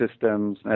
systems